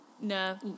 No